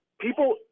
People